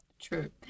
True